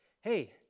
hey